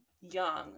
young